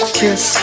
kiss